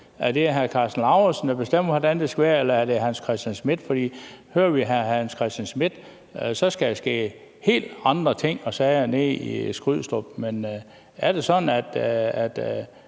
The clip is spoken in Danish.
Er det hr. Karsten Lauritzen, der bestemmer, hvordan det skal være, eller er det hr. Hans Christian Schmidt? For ifølge hr. Hans Christian Schmidt skal der ske helt andre ting og sager nede i Skrydstrup, men er det sådan, at